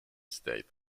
state